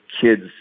kids